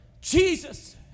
Jesus